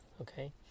okay